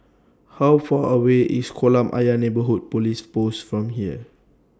How Far away IS Kolam Ayer Neighbourhood Police Post from here